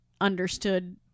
understood